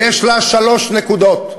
ויש לה שלוש נקודות: